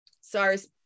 sars